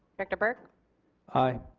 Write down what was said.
director burke aye.